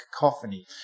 cacophony